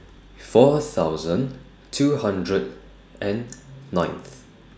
four thousand two hundred and ninth